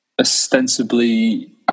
ostensibly